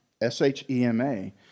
S-H-E-M-A